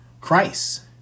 Christ